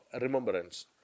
remembrance